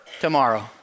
tomorrow